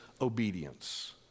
obedience